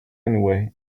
anyway